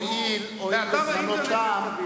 הואיל וזמנו תם,